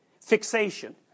fixation